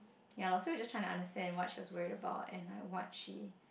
ya lor so were just trying to understand what she was worried about and like what she